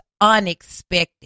unexpected